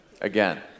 Again